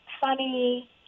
funny